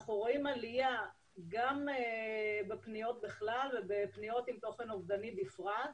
אנחנו רואים עלייה גם בפניות בכלל ובפניות עם תוכן אובדני בפרט,